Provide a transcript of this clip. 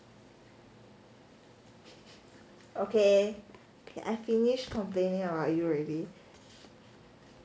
okay I finished complaining about you already